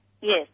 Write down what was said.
Yes